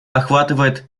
охватывает